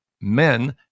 Men